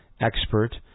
expert